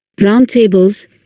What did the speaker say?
Roundtables